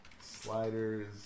Sliders